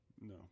No